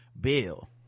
bill